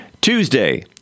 Tuesday